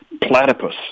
platypus